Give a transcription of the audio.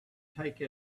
take